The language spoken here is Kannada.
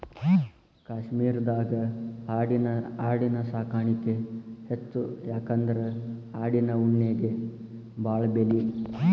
ಕಾಶ್ಮೇರದಾಗ ಆಡಿನ ಸಾಕಾಣಿಕೆ ಹೆಚ್ಚ ಯಾಕಂದ್ರ ಆಡಿನ ಉಣ್ಣಿಗೆ ಬಾಳ ಬೆಲಿ